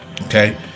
okay